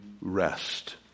rest